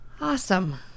Awesome